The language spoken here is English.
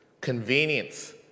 convenience